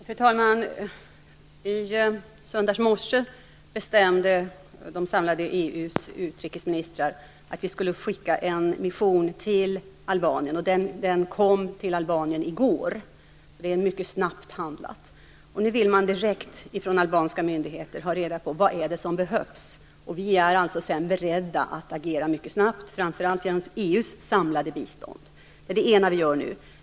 Fru talman! I söndags morse bestämde EU:s samlade utrikesministrar att vi skulle skicka en mission till Albanien, och den kom till Albanien i går. Det är mycket snabbt handlat. Nu vill man direkt från albanska myndigheter ha reda på vad det är som behövs. Vi är sedan beredda att agera mycket snabbt, framför allt genom EU:s samlade bistånd. Det är det ena vi gör nu.